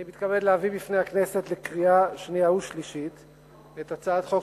אני מתכבד להביא בפני הכנסת לקריאה שנייה ושלישית את הצעת חוק